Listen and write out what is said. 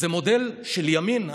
זה מודל של ימין.